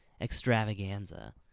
extravaganza